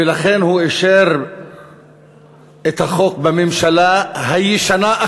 ולכן הוא אישר את החוק בממשלה הישנה,